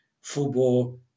football